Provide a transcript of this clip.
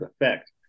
effect